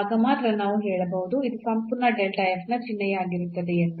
ಆಗ ಮಾತ್ರ ನಾವು ಹೇಳಬಹುದು ಇದು ಸಂಪೂರ್ಣ ನ ಚಿಹ್ನೆಯಾಗಿರುತ್ತದೆ ಎಂದು